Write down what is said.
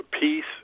peace